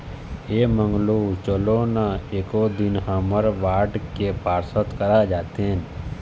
ऐ मंगलू चलो ना एको दिन हमर वार्ड के पार्षद करा जातेन